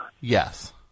Yes